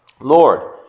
Lord